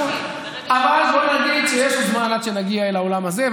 אבל בואו נגיד שיש זמן עד שנגיע אל העולם הזה,